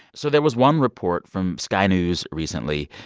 so there was one report from sky news recently.